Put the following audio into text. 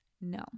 no